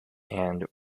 and